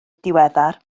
diweddar